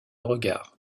regard